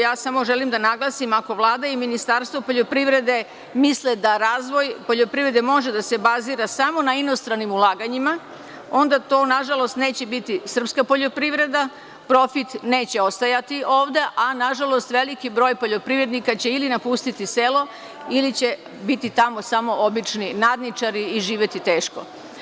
Ja samo želim da naglasim, ako Vlada i Ministarstvo poljoprivrede misli da razvoj poljoprivrede može da se bazira samo na inostranim ulaganjima, onda to nažalost neće biti srpska poljoprivreda, profit neće ostajati ovde, a nažalost veliki broj poljoprivrednika će ili napustiti selo ili će biti tamo obični nadničari i živeti teško.